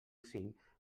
cinc